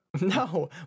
No